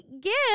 gift